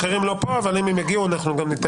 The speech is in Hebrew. האחרים לא פה, אבל אם הם יגיעו, אנחנו